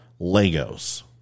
Legos